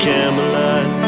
Camelot